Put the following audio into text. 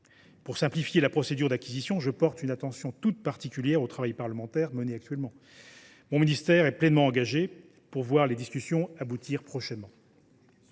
Pour simplifier la procédure d’acquisition, je porte une attention toute particulière au travail parlementaire mené actuellement. Mon ministère est pleinement engagé afin que les discussions puissent aboutir prochainement.